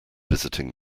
visiting